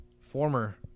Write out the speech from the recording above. former